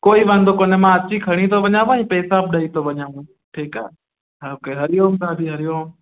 कोई वांदो कोन्हे मां अची खणी थो वञांव ऐं पैसा बि ॾेई थो वञांव ठीकु आहे ओके हरिओम दादी हरिओम